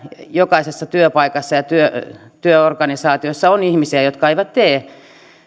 jokaisessa työpaikassa ja työorganisaatiossa olisi ihmisiä jotka eivät tee